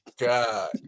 God